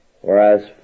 Whereas